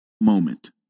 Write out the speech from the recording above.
moment